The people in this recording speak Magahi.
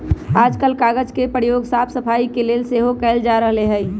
याजकाल कागज के प्रयोग साफ सफाई के लेल सेहो कएल जा रहल हइ